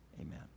Amen